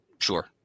Sure